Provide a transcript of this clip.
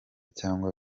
cyangwa